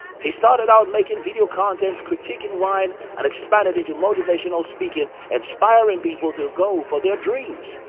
he started out making video contents critiquing wine and expanded into motivational speaking inspiring people to go for their dreams.